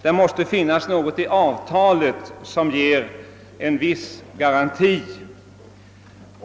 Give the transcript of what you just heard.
Det måste finnas något i avtalet som ger en viss garanti.